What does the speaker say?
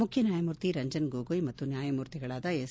ಮುಖ್ಯ ನ್ಯಾಯಮೂರ್ತಿ ರಂಜನ್ ಗೊಗೊಯ್ ಮತ್ತು ನ್ಯಾಯಮೂರ್ತಿಗಳಾದ ಎಸ್